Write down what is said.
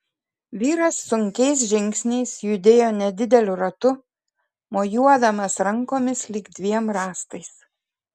vyras sunkiais žingsniais judėjo nedideliu ratu mojuodamas rankomis lyg dviem rąstais